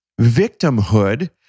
victimhood